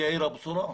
היא עיר הבשורה.